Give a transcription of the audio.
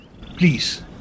Please